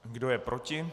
Kdo je proti?